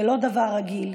זה לא דבר רגיל,